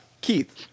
Keith